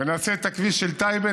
ונעשה את הכביש של טייבה,